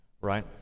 right